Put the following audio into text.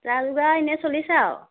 যা যোগাৰ এনেই চলিছে আৰু